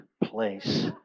place